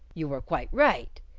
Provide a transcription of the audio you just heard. you were quite right.